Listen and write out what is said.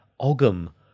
Ogham